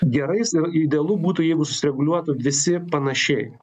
gerais idealu būtų jeigu susireguliuotų visi panašiai